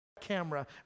camera